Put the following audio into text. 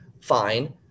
Fine